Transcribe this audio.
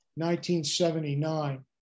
1979